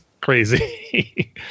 crazy